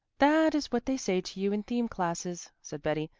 that is what they say to you in theme classes, said betty,